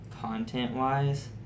content-wise